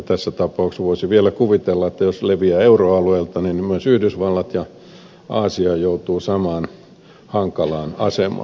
tässä tapauksessa voisi vielä kuvitella että jos se leviää euroalueelta myös yhdysvallat ja aasia joutuvat samaan hankalaan asemaan